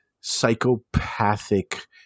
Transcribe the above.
psychopathic